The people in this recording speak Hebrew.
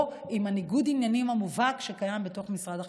ולא עם ניגוד העניינים המובהק שקיים בתוך משרד החקלאות.